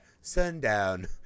sundown